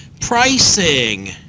Pricing